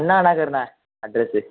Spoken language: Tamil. அண்ணா நகர்ண்ணே அட்ரஸ்ஸு